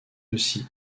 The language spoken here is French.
aussi